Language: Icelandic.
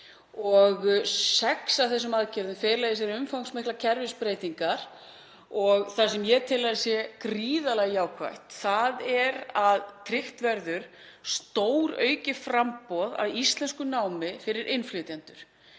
Sex af þessum aðgerðum fela í sér umfangsmiklar kerfisbreytingar. Það sem ég tel að sé gríðarlega jákvætt er að tryggt verður stóraukið framboð á íslenskunámi fyrir innflytjendur.